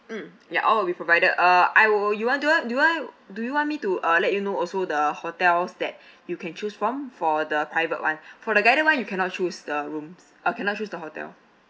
mm ya all will be provided uh I will you want do I do I do you want me to uh let you know also the hotels that you can choose from for the private one for the guided one you cannot choose the rooms uh cannot choose the hotel